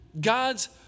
God's